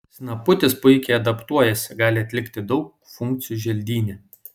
snaputis puikiai adaptuojasi gali atlikti daug funkcijų želdyne